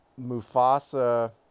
Mufasa